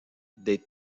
des